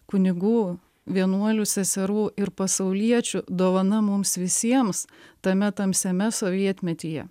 kunigų vienuolių seserų ir pasauliečių dovana mums visiems tame tamsiame sovietmetyje